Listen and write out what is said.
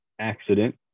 accident